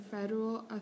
federal